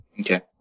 okay